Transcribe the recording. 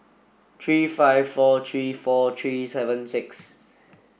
three five four three four three seven six